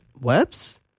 Webs